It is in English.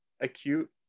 acute